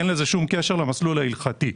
אין לזה שום קשר למסלול ההלכתי.